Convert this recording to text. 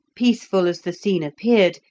peaceful as the scene appeared,